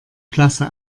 klasse